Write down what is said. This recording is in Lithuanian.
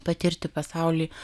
patirti pasaulį